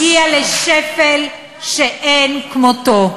הגיע לשפל שאין כמותו.